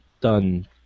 done